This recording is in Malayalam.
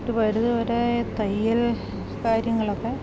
ഇട്ട് പരിധിവരെ തയ്യൽ കാര്യങ്ങളൊക്കെ